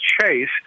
Chase